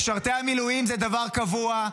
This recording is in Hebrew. משרתי המילואים זה דבר קבוע,